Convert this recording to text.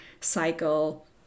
cycle